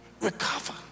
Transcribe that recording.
recover